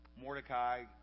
Mordecai